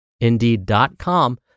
Indeed.com